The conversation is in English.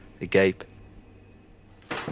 agape